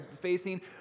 facing